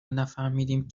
نفهمدیم